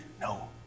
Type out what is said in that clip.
No